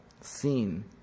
seen